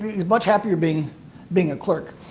he's much happier being being a clerk.